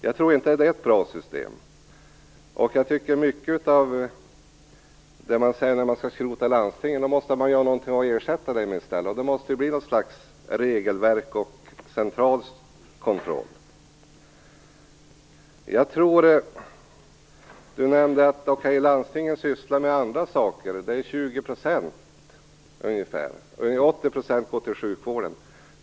Jag tror inte att det är ett bra system. När man säger att man skall skrota landstingen måste man ju ha något att ersätta dem med, och då måste det bli något slags regelverk och central kontroll. Leif Carlson nämnde att landstingen sysslar med andra saker. Det är ungefär 20 % av pengarna som går till det - ungefär 80 % går till sjukvården.